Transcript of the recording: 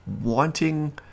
wanting